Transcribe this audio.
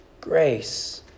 grace